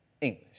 English